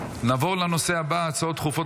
הצעות דחופות